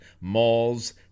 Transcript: malls